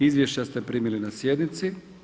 Izvješća ste primili na sjednici.